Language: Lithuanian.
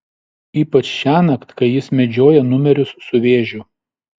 ypač šiąnakt kai jis medžioja numerius su vėžiu